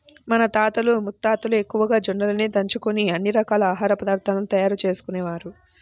మన తాతలు ముత్తాతలు ఎక్కువగా జొన్నలనే దంచుకొని అన్ని రకాల ఆహార పదార్థాలను తయారు చేసుకునేవారు